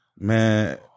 Man